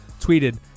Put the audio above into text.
tweeted